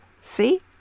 see